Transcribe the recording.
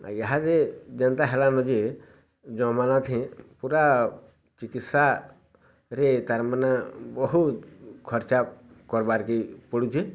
ଏହା ଯେ ଯେନ୍ତା ହେଲାନ କି ଜମାନା ଥି ପୁରା ଚିକିତ୍ସାରେ ତା'ରମାନେ ବହୁତ ଖର୍ଚ୍ଚା କରବାର୍ କେ ପଡ଼ୁଛି